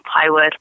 plywood